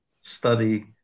study